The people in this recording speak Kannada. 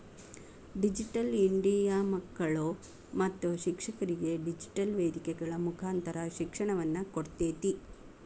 ಡಿಜಿಟಲ್ ಇಂಡಿಯಾ ಮಕ್ಕಳು ಮತ್ತು ಶಿಕ್ಷಕರಿಗೆ ಡಿಜಿಟೆಲ್ ವೇದಿಕೆಗಳ ಮುಕಾಂತರ ಶಿಕ್ಷಣವನ್ನ ಕೊಡ್ತೇತಿ